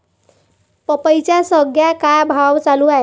पपईचा सद्या का भाव चालून रायला?